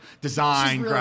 design